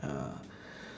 ah